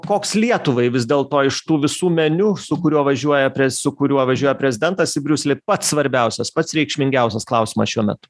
koks lietuvai vis dėl to iš tų visų meniu su kuriuo važiuoja pres su kuriuo važiuoja prezidentas į briuselį pats svarbiausias pats reikšmingiausias klausimas šiuo metu